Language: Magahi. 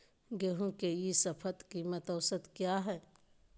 गेंहू के ई शपथ कीमत औसत क्या है?